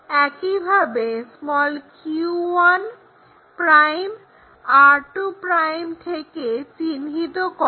একইভাবে q1'r2' থেকে চিহ্নিত করো